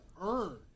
earn